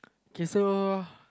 okay so